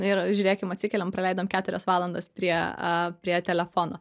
nu ir žiūrėkim atsikeliam praleidom keturias valandas prie a prie telefono